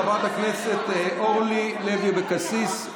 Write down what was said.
חברת הכנסת אורלי לוי אבקסיס,